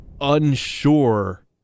unsure